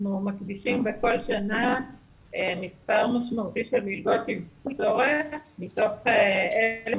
אנחנו מקדישים בכל שנה מספר משמעותי של מלגות אבחון --- מתוך 1,000